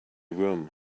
room